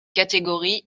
catégories